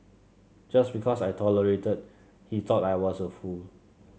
just because I tolerated he thought I was a fool